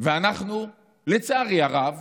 ואנחנו לצערי הרב